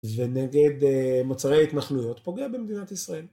ונגד מוצרי התנחלויות פוגע במדינת ישראל.